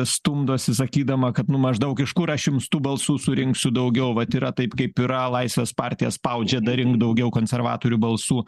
stumdosi sakydama kad nu maždaug iš kur aš jums tų balsų surinksiu daugiau vat yra taip kaip yra laisvės partija spaudžia dar rink daugiau konservatorių balsų